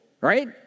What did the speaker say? right